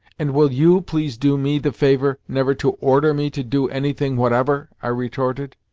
and will you please do me the favour never to order me to do anything whatever, i retorted.